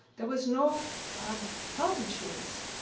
there was no um health insurance.